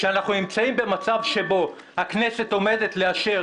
שאנחנו נמצאים במצב שבו הכנסת עומדת לאשר